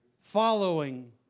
following